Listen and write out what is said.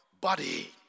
body